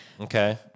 Okay